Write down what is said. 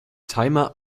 timer